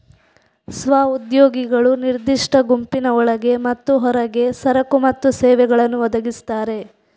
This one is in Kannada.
ಸ್ವ ಉದ್ಯೋಗಿಗಳು ನಿರ್ದಿಷ್ಟ ಗುಂಪಿನ ಒಳಗೆ ಮತ್ತು ಹೊರಗೆ ಸರಕು ಮತ್ತು ಸೇವೆಗಳನ್ನು ಒದಗಿಸ್ತಾರೆ